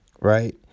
right